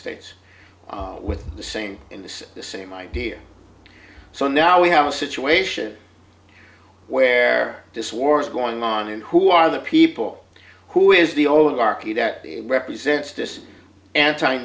states with the same in this the same idea so now we have a situation where this war is going on and who are the people who is the only archy that represents this anti